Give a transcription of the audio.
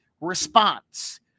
response